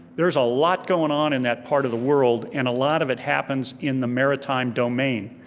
there's a lot going on in that part of the world and a lot of it happens in the maritime domain.